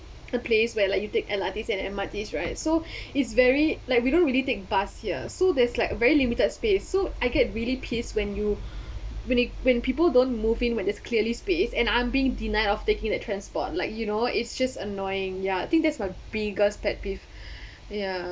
a place where like you take L_R_Ts and M_R_Ts right so is very like we don't really take bus here so there's like very limited space so I get really pissed when you when it when people don't move in when there's clearly space and I'm being denied of taking that transport like you know it's just annoying ya I think that's my biggest pet peeve ya